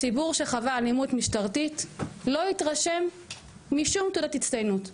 ציבור שחווה אלימות משטרתית לא יתרשם משום תעודת הצטיינות.